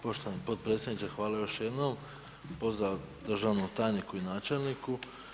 Poštovani potpredsjedniče, hvala još jednom, pozdrav državnom tajniku i načelniku.